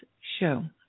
show